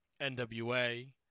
NWA